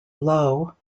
low